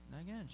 again